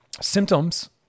symptoms